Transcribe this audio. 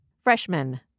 Freshman